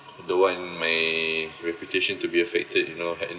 don't want my reputation to be affected you know and